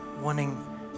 wanting